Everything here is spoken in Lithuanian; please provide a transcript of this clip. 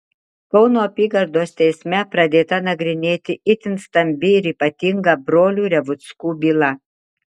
kauno apygardos teisme pradėta nagrinėti itin stambi ir ypatinga brolių revuckų byla